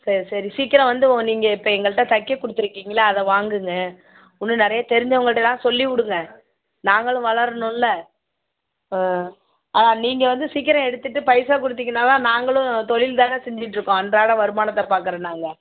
சரி சரி சீக்கிரம் வந்து ஓ நீங்கள் வந்து இப்போ எங்கள்கிட்ட தைக்க கொடுத்துருக்கீங்கள அதை வாங்குங்க இன்னும் நிறையா தெரிஞ்சவங்கள்டலாம் சொல்லிவிடுங்க நாங்களும் வளரணும்ல ஆ அதான் நீங்கள் வந்து சீக்கிரம் எடுத்துட்டு பைசா கொடுத்தீங்கனாதான் நாங்களும் தொழில் தாங்க செஞ்சிகிட்டு இருக்கோம் அன்றாட வருமானத்தை பார்க்குறோம் நாங்கள்